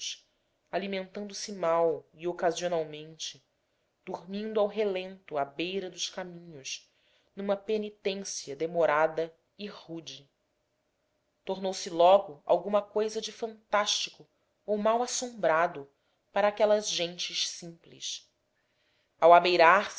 alimentandose mal e ocasionalmente dormindo ao relento à beira dos caminhos numa penitência demorada e rude tornou-se logo alguma cousa de fantástico ou mal assombrado para aquelas gentes simples ao